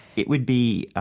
it would be ah